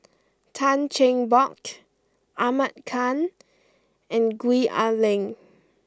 Tan Cheng Bock Ahmad Khan and Gwee Ah Leng